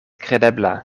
kredebla